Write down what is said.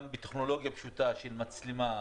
גם בטכנולוגיה פשוטה של מצלמה,